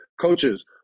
Coaches